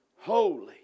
holy